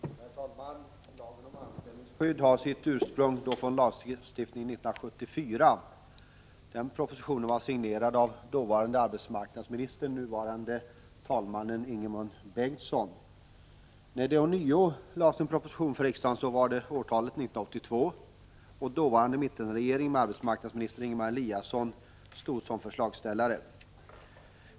Herr talman! Lagen om anställningsskydd har sitt ursprung i en lag från 1974. Den propositionen var signerad av dåvarande arbetsmarknadsministern, nuvarande talmannen Ingemund Bengtsson. När det ånyo lades fram en proposition för riksdagen var årtalet 1982, och dåvarande mittenregeringen med arbetsmarknadsministern Ingemar Eliasson stod som förslagsställare.